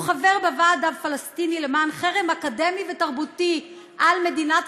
הוא חבר בוועד הפלסטיני למען חרם אקדמי ותרבותי על מדינת